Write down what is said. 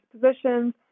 positions